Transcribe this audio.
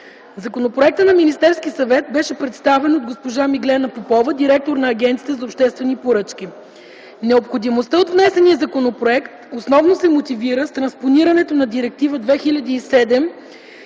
Законопроектът на Министерския съвет беше представен от госпожа Миглена Попова, директор на Агенцията за обществените поръчки. Необходимостта от внесения законопроект основно се мотивира с транспонирането на Директива 2007/66/